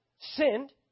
Sinned